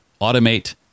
automate